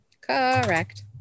Correct